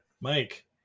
Mike